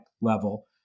level